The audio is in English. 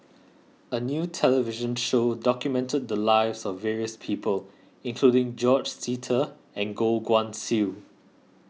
a new television show documented the lives of various people including George Sita and Goh Guan Siew